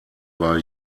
war